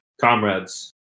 comrades